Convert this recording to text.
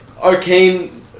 arcane